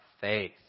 faith